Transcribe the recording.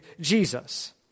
Jesus